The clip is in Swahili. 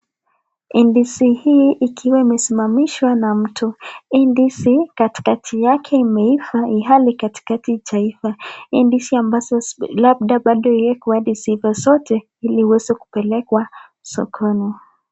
Ndizi hii ikiwa imesimamishwa na mtu. Hii ndizi katikati yake imeiva ilhali katikati haijaiva. Hii ndizi ambazo labda bado hazijaiva zote ili iweze kupelekwa sokoni.